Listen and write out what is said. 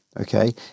Okay